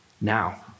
now